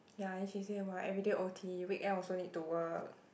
ya then she say !wah! everyday o_t weekend also need to work